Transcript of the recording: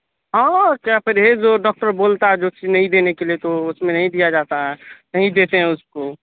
ہاں کیا پرہیز ڈاکٹر بولتا ہے جو چیز نہیں دینے کے لیے تو اس میں نہیں دیا جاتا ہے نہیں دیتے ہیں اس کو